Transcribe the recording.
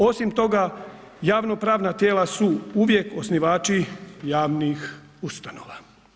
Osim toga javnopravna tijela su uvijek osnivači javnih ustanova.